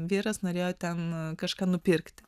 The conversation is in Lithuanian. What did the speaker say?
vyras norėjo ten kažką nupirkti